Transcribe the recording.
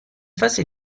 fase